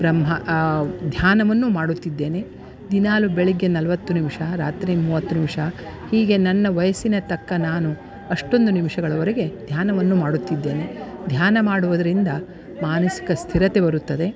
ಬ್ರಹ್ಮ ಧ್ಯಾನವನ್ನು ಮಾಡುತ್ತಿದ್ದೇನೆ ದಿನಾಗಲು ಬೆಳಗ್ಗೆ ನಲವತ್ತು ನಿಮ್ಷ ರಾತ್ರಿ ಮೂವತ್ತು ನಿಮ್ಷ ಹೀಗೆ ನನ್ನ ವಯಸ್ಸಿನ ತಕ್ಕ ನಾನು ಅಷ್ಟೊಂದು ನಿಮಿಷಗಳವರೆಗೆ ಧ್ಯಾನವನ್ನು ಮಾಡುತ್ತಿದ್ದೇನೆ ಧ್ಯಾನ ಮಾಡುವುದರಿಂದ ಮಾನಸಿಕ ಸ್ಥಿರತೆ ಬರುತ್ತದೆ